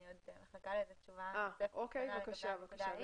אני עוד מחכה לתשובה לגבי הבקשה ההיא.